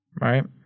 Right